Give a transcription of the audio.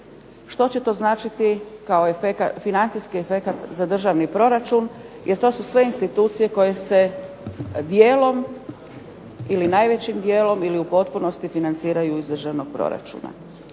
što će to značiti kao financijski efekat za državni proračun, jer to su sve institucije koje se dijelom ili najvećim dijelom ili u potpunosti financiraju iz državnog proračuna.